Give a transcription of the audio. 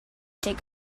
take